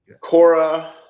Cora